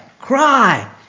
cry